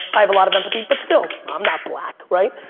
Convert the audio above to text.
i have a lot of empathy but still i'm not black, right?